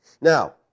Now